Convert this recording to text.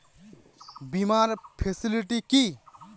বীমার ফেসিলিটি কি?